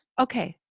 Okay